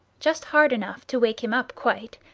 just hard enough to wake him up quite,